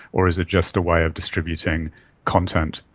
or is it just a way of distributing content.